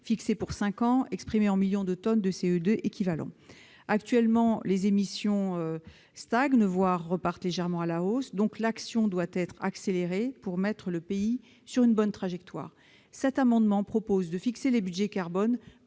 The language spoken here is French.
fixés pour cinq ans, exprimés en millions de tonnes de CO2 équivalent. Actuellement, les émissions stagnent, voire repartent légèrement à la hausse. L'action doit donc être accélérée pour mettre le pays sur une bonne trajectoire. Nous proposons, par cet amendement, de fixer les budgets carbone